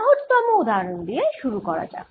সহজতম উদাহরন দিয়ে শুরু করা যাক